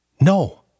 No